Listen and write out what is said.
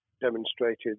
demonstrated